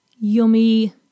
yummy